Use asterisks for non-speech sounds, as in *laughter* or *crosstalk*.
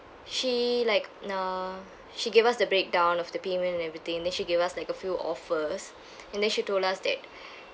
she like nah she gave us the breakdown of the payment and everything and then she gave us like a few offers *breath* and then she told us that *breath*